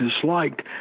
disliked